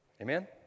Amen